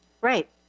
Right